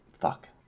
Fuck